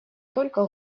только